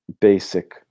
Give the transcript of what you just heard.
Basic